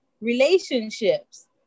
relationships